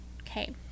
Okay